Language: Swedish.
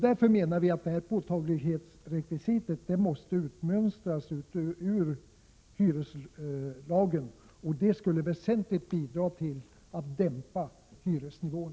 Därför menar vi att påtaglighetsrekvisitet måste utmönstras ur hyreslagen. Det skulle väsentligt bidra till att sänka hyresnivån.